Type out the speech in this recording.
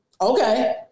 Okay